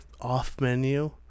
off-menu